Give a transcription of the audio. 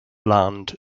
land